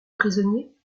prisonnier